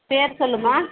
பேர் சொல்மா